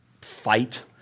fight